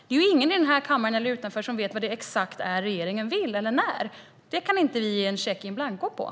Det är ingen vare sig i eller utanför den här kammaren som vet vad det exakt är som regeringen vill eller när det ska göras. Vi kan inte ge en check in blanco där.